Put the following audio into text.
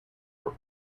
were